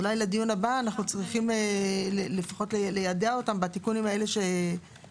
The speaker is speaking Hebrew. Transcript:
אז אולי לדיון הבא אנחנו צריכים לפחות ליידע אותם בתיקונים האלה שנעשו.